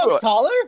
taller